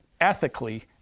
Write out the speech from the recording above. ethically